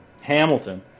Hamilton